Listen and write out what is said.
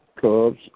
Cubs